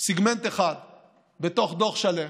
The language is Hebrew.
סגמנט אחד בתוך דוח שלם,